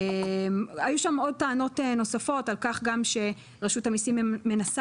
היו שם עוד טענות נוספות, על כך שרשות ממסה,